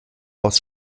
aus